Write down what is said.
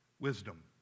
Wisdom